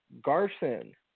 Garson